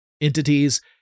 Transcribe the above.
entities